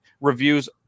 reviews